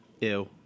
Ew